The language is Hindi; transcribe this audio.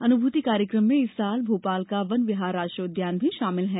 अनुभूति कार्यक्रम में इस वर्ष भोपाल का वन विहार राष्ट्रीय उद्यान भी शामिल है